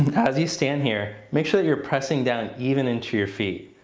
as you stand here, make sure that you're pressing down even into your feet.